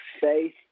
faith